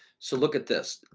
so look at this,